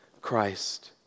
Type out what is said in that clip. Christ